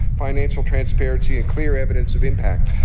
financial transparency and clear evidence of impact.